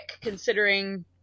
considering